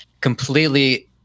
completely